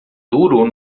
duro